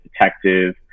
detective